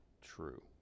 true